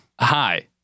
Hi